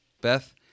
Beth